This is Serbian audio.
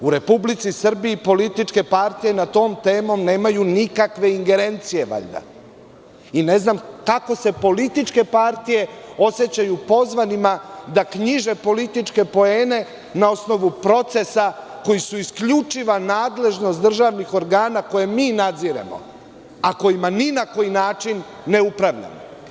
U Republici Srbiji političke partije nad tom temom nemaju nikakve ingerencije valjda i ne znam kako se političke partije osećaju pozvanima da knjiže političke poene na osnovu procesa koji su isključiva nadležnost državnih organa koje mi nadziremo, a kojima ni na koji način ne upravljamo?